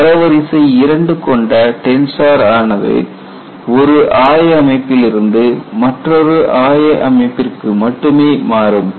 தரவரிசை இரண்டு கொண்ட டென்சர் ஆனது ஒரு ஆய அமைப்பில் இருந்து மற்றொரு ஆய அமைப்பிற்கு மட்டுமே மாறும்